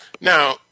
now